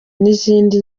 n’izindi